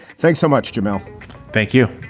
thanks so much, jamal thank you